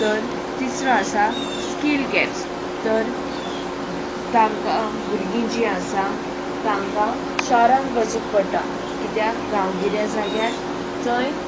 तर तिसरो आसा स्कील गॅप्स तर तांकां भुरगीं जीं आसा तांकां शारांत वचूंक पडटा कित्याक गांवगिऱ्या जाग्यार थंय